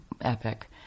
epic